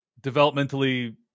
developmentally